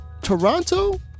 Toronto